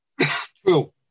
True